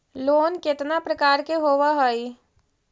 Loan केतना प्रकार के होव हइ?